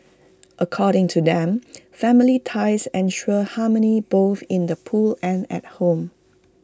according to them family ties ensure harmony both in the pool and at home